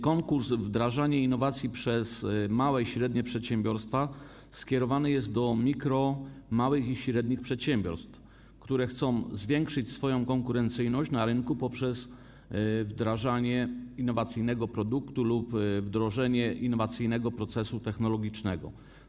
Konkurs wdrażania innowacji przez małe i średnie przedsiębiorstwa skierowany jest do mikro-, małych i średnich przedsiębiorstw, które chcą zwiększyć swoją konkurencyjność na rynku poprzez wdrażanie innowacyjnego produktu lub wdrożenie innowacyjnego procesu technologicznego.